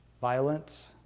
violence